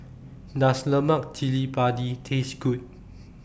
Does Lemak Cili Padi Taste Good